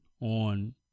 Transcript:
on